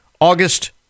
August